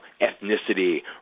ethnicity